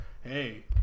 hey